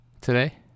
today